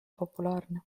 populaarne